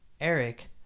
Eric